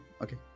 okay